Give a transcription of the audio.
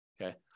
Okay